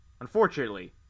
Unfortunately